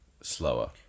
slower